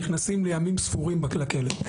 נכנסים לימים ספורים לכלא.